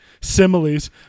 similes